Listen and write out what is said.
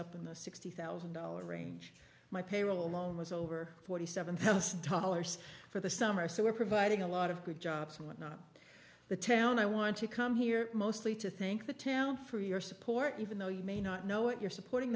up in the sixty thousand dollars range my payroll alone was over forty seven thousand dollars for the summer so we're providing a lot of good jobs and what not the town i want to come here mostly to think the town for your support even though you may not know it you're supporting